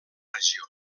regió